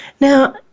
Now